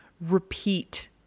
repeat